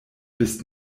bist